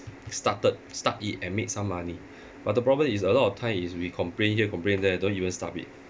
started start it and make some money but the problem is a lot of time is we complain here complain there don't even start it